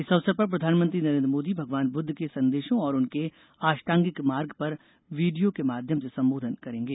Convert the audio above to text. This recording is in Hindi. इस अवसर पर प्रधानमंत्री नरेंद्र मोदी भगवान बुद्ध के संदेशों और उनके आष्टांगिक मार्ग पर वीडियों के माध्यम से संबोधन करेंगे